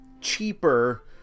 cheaper